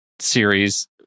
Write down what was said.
series